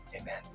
Amen